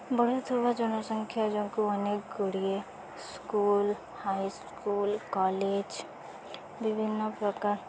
ବଢ଼ୁଥିବା ଜନସଂଖ୍ୟା ଯୋଗୁଁ ଅନେକ ଗୁଡ଼ିଏ ସ୍କୁଲ୍ ହାଇସ୍କୁଲ୍ କଲେଜ୍ ବିଭିନ୍ନପ୍ରକାର